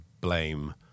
blame